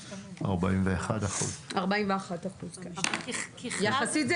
41%. יחסית,